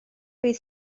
bydd